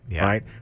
right